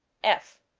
f.